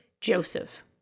Joseph